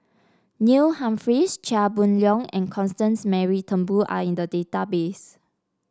Neil Humphreys Chia Boon Leong and Constance Mary Turnbull are in the database